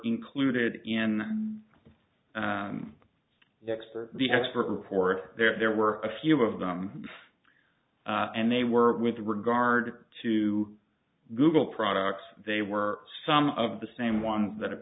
included in the expert the expert report there there were a few of them and they were with regard to google products they were some of the same ones that